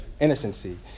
innocency